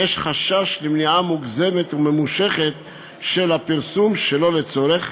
יש חשש למניעה מוגזמת וממושכת של הפרסום שלא לצורך,